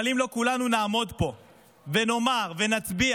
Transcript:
אבל אם לא כולנו נעמוד פה ונאמר ונצביע